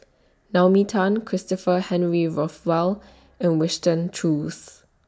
Naomi Tan Christopher Henry Rothwell and Winston Choos